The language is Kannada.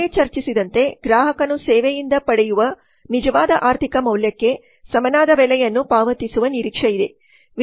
ಮೊದಲೇ ಚರ್ಚಿಸಿದಂತೆ ಗ್ರಾಹಕನು ಸೇವೆಯಿಂದ ಪಡೆಯುವ ನಿಜವಾದ ಆರ್ಥಿಕ ಮೌಲ್ಯಕ್ಕೆ ಸಮನಾದ ಬೆಲೆಯನ್ನು ಪಾವತಿಸುವ ನಿರೀಕ್ಷೆಯಿದೆ